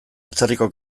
atzerriko